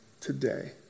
today